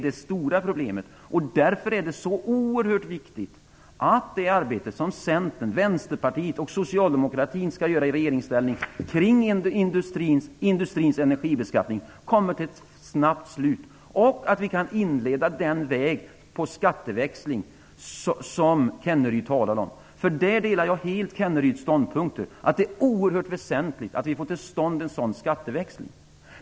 Det är därför oerhört viktigt att det arbete som Centern, Vänsterpartiet och socialdemokratin skall bedriva i regeringsställning kring industrins energibeskattning kommer till ett snabbt slut och att vi kan inleda den väg mot skatteväxling som Kenneryd talade om. Jag delar helt Kenneryds ståndpunkt att det är oerhört väsentligt att vi får till stånd en sådan skatteväxling.